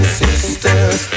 sisters